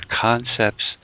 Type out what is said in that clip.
concepts